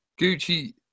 Gucci